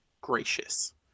gracious